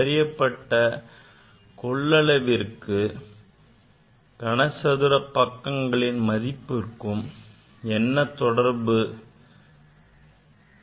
கண்டறியப்பட்ட கொள்ளவிற்கும் கனசதுரத்தின் பக்கங்களின் மதிப்புக்கும் உள்ள தொடர்பு யாது